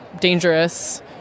dangerous